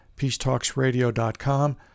peacetalksradio.com